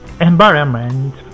environment